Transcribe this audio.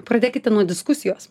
pradėkite nuo diskusijos